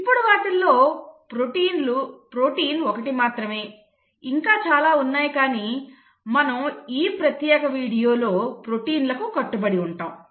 ఇప్పుడు వాటిలో ప్రోటీన్ ఒకటి మాత్రమే ఇంకా చాలా ఉన్నాయి కానీ మనం ఈ ప్రత్యేక వీడియోలో ప్రోటీన్లకు కట్టుబడి ఉంటాము